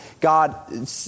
God